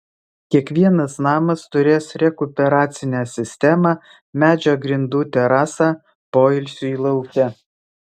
kiekvienas namas turės rekuperacinę sistemą medžio grindų terasą poilsiui lauke